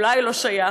אולי לא שייך,